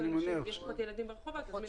יש פחות ילדים ברחובות.